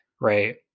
Right